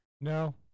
No